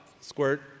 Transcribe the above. squirt